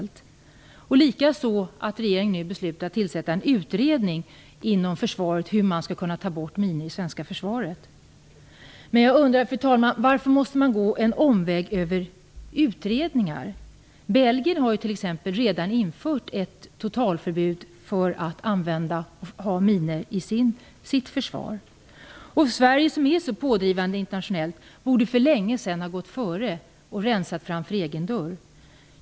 Likaså att regeringen nu har beslutat att tillsätta en utredning inom försvaret om hur man skall kunna ta bort minor från det svenska försvaret. Men jag undrar, fru talman, varför måste man gå en omväg över utredningar? Belgien har t.ex. redan infört ett totalförbud mot att använda minor i sitt försvar. Sverige som är så pådrivande internationellt borde för länge sedan ha gått före och rensat framför egen dörr.